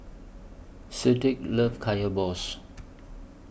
Cedric loves Kaya Balls